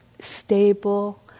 stable